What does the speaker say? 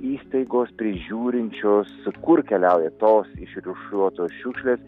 įstaigos prižiūrinčios kur keliauja tos išrūšiuotos šiukšlės